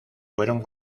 fueron